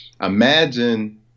Imagine